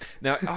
Now